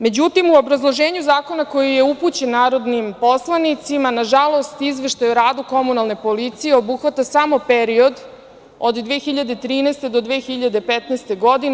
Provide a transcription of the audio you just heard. Međutim, u obrazloženju zakona koji je upućen narodnim poslanicima, nažalost, Izveštaj o radu komunalne policije obuhvata samo period od 2013. do 2015. godine.